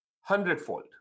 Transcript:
hundredfold